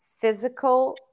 physical